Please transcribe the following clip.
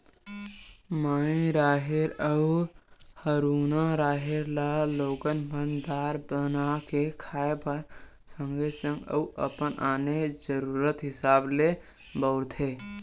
माई राहेर अउ हरूना राहेर ल लोगन मन दार बना के खाय बर सगे संग अउ अपन आने जरुरत हिसाब ले बउरथे